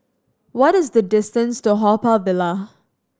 what is the distance to Haw Par Villa